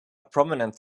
prominent